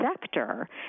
sector